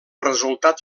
resultat